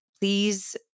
Please